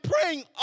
praying